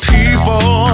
People